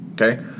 Okay